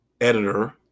editor